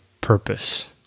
purpose